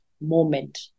moment